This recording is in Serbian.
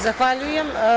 Zahvaljujem.